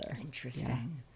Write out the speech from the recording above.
interesting